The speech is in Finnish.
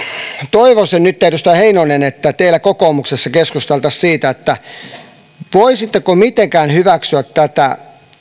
toivoisin nyt edustaja heinonen että teillä kokoomuksessa keskusteltaisiin siitä voisitteko mitenkään hyväksyä tätä